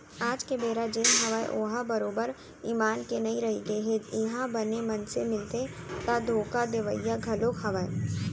आज के बेरा जेन हवय ओहा बरोबर ईमान के नइ रहिगे हे इहाँ बने मनसे मिलथे ता धोखा देवइया घलोक हवय